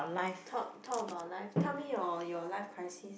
talk talk about life tell me your your life crisis